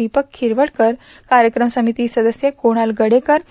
दीपक खिरवडकर कार्यक्रम समिती सदस्य कूणाल गडेकर